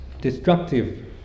destructive